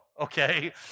okay